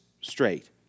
straight